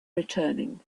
returning